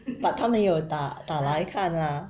but 她没有打打来看 lah